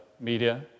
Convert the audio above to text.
media